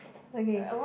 okay